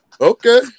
Okay